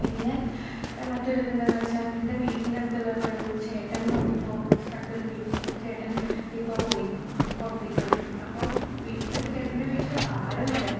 പിന്നെ മറ്റൊര് ഇത് എന്താണെന്ന് വച്ചാൽ എൻ്റെ വീട്ടിൻ്റെ അടുത്തുള്ളപ്പോഴും ചേട്ടൻ ഇപ്പോൾ അടുത്ത ഒരു വീട്ടിലെ ചേട്ടൻ ഇപ്പോൾ പോയി പുറത്തേക്ക് പോയി അപ്പോൾ വീട്ടിൽ ചേട്ടൻ്റെ വീട്ടിൽ ആരും ഇല്ല